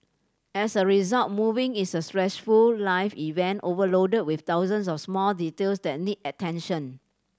as a result moving is a stressful life event overloaded with thousands of small details that need attention